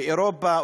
באירופה,